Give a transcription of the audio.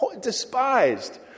despised